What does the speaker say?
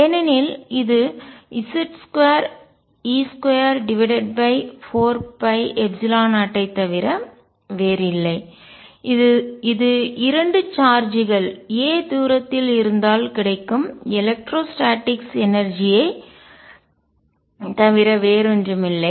ஏனெனில் இது Z2e24π0 ஐத் தவிர வேறில்லை இது 2 சார்ஜ்கள் a தூரத்தில் இருந்தால் கிடைக்கும் எலெக்ட்ரோ ஸ்டாடிக்ஸ் எனர்ஜி ஐத் மின்னியல் ஆற்றலைத் தவிர வேறொன்றுமில்லை